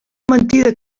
mentida